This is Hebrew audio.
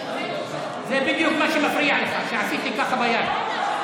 זה בדיוק מה שמפריע לך, שעשיתי ככה ביד.